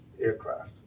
aircraft